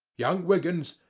young wiggins,